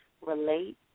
relate